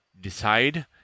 decide